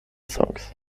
songs